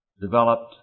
developed